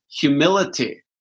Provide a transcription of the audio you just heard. humility